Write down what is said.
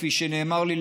כפי שנאמר לי,